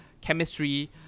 chemistry